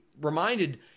reminded